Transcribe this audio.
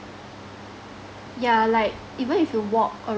yeah like even if you walk